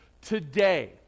Today